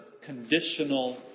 conditional